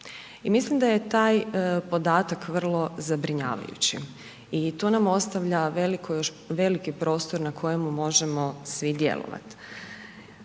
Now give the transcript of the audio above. mislim da je taj podatak vrlo zabrinjavajući i to nam ostavlja veliki prostor na kojemu možemo svi djelovati.